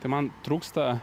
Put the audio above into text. tai man trūksta